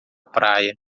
praia